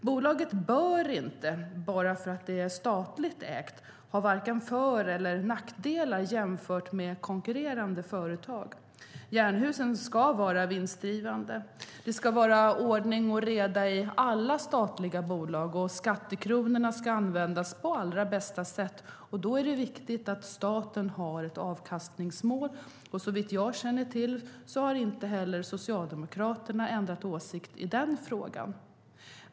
Bolaget bör inte - bara för att det är statligt ägt - ha vare sig för eller nackdelar jämfört med konkurrerande företag. Jernhusen ska vara vinstdrivande. Det ska vara ordning och reda i alla statliga bolag, och skattekronorna ska användas på allra bästa sätt. Då är det viktigt att staten har ett avkastningsmål. Såvitt jag känner till har inte Socialdemokraterna ändrat åsikt i den frågan.